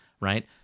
right